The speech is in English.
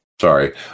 Sorry